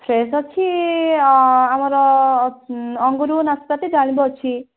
fresh ଅଛି ଆ ଆମର ଅଙ୍ଗୁରୁ ନାସପାତି ଡାଳିମ୍ବ ଅଛି